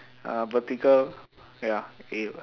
uh vertical ya !ew!